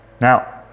Now